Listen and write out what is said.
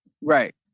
Right